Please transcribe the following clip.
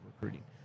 recruiting